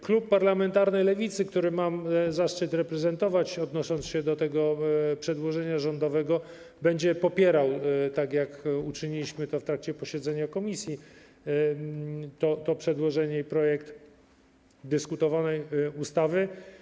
Klub parlamentarny Lewica, który mam zaszczyt reprezentować, odnosząc się do tego przedłożenia rządowego, będzie popierał, tak jak uczyniliśmy to w trakcie posiedzenia komisji, to przedłożenie i projekt dyskutowanej ustawy.